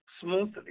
smoothly